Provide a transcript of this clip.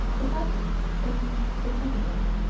the part that seems significant